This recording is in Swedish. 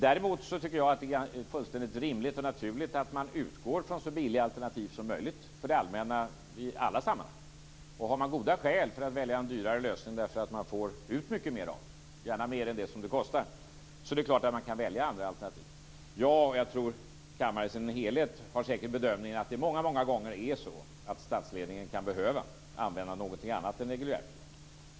Däremot tycker jag att det är fullständigt rimligt och naturligt att man utgår från så billiga alternativ som möjligt för det allmänna i alla sammanhang. Har man goda skäl för att välja en dyrare lösning därför att man får mycket mer ut av det, gärna mer än vad det kostar, kan man klart välja andra alternativ. Jag och jag tror kammaren i dess helhet gör bedömningen att det många gånger är så att statsledningen skall behöva använda något annat alternativ än reguljärt.